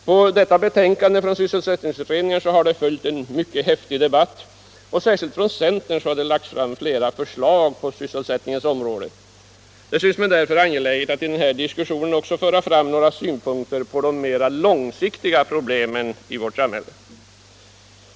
På detta betänkande från sysselsättningsutredningen har följt en häftig debatt, och särskilt från centern har framlagts en rad förslag om sysselsättningen. Det syns mig därför angeläget att i denna diskussion föra fram några synpunkter på de mer långsiktiga problemen i vårt samhälle.